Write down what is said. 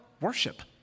worship